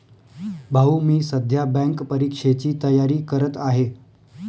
भाऊ मी सध्या बँक परीक्षेची तयारी करत आहे